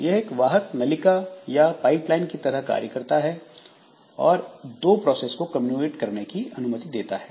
यह एक वाहक नलिका या पाइपलाइन की तरह कार्य करता है और दो प्रोसेस को कम्युनिकेट करने की अनुमति देता है